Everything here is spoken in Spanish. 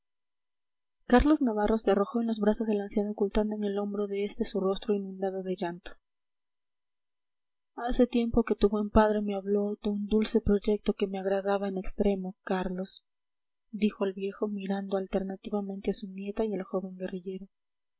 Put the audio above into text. carlos navarro se arrojó en los brazos del anciano ocultando en el hombro de este su rostro inundado de llanto hace tiempo que tu buen padre me habló de un dulce proyecto que me agradaba en extremo carlos dijo el viejo mirando alternativamente a su nieta y al joven guerrillero